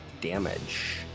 damage